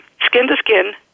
skin-to-skin